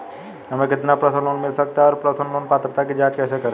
हमें कितना personal loan मिल सकता है और पर्सनल लोन पात्रता की जांच कैसे करें?